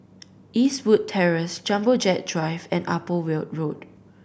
Eastwood Terrace Jumbo Jet Drive and Upper Weld Road